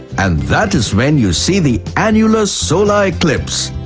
and that is when you see the annular solar eclipse!